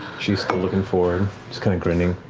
she's still looking forward, just kind of grinning.